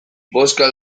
bozka